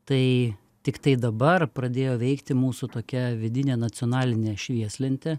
tai tiktai dabar pradėjo veikti mūsų tokia vidinė nacionalinė švieslentė